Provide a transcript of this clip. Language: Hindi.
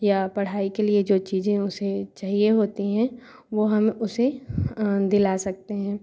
या पढ़ाई के लिए जो चीज़ें उसे चाहिए होतीं हैं वो हम उसे दिला सकते हैं